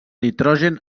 nitrogen